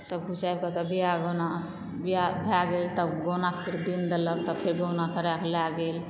सब किछु आबि के तब बियाह गौना बियाह भए गेल तब गौना के दिन देलक तब फेर गौना करैके लए गेल